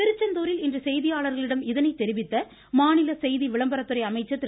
திருச்செந்தூரில் இன்று செய்தியாளர்களிடம் இதை தெரிவித்த மாநில செய்தி விளம்பரத்துறை அமைச்சர் திரு